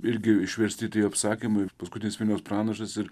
irgi išversti tie apsakymai paskutinis vilniaus pranašas ir